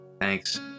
Thanks